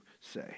say